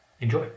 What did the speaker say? Enjoy